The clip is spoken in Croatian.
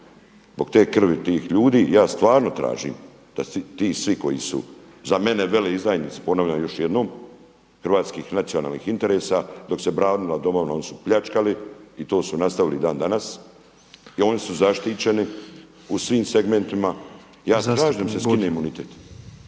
zbog te krvi tih ljudi i ja stvarno tražim da ti svi koji su za mene veleizdajnici ponavljam još jednom hrvatskih nacionalnih interesa dok se branila domovina oni su pljačkali i to su nastavili i dan danas i oni su zaštićeni u svim segmentima. **Petrov, Božo (MOST)**